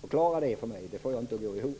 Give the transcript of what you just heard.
Förklara det för mig! Det får jag inte att gå ihop.